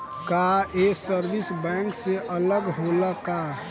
का ये service bank से अलग होला का?